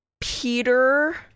Peter